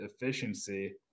efficiency